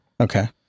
Okay